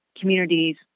communities